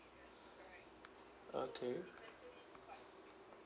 okay